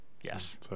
Yes